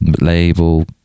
label